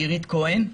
אירית כהן.